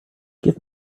give